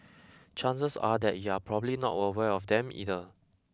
chances are that you're probably not aware of them either